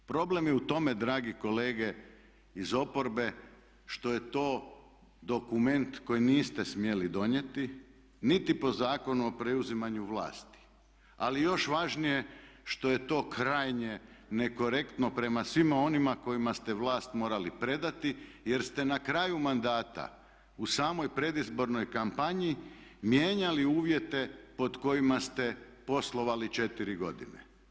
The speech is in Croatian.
Problem je u tome dragi kolege iz oporbe što je to dokument koji niste smjeli donijeti niti po Zakonu o preuzimanju vlasti, ali još važnije što je to krajnje nekorektno prema svima onima kojima ste vlast morali predati jer ste na kraju mandata u samoj predizbornoj kampanji mijenjali uvjete pod kojima ste poslovali 4 godine.